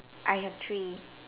I have three